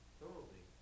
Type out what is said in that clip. thoroughly